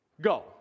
Go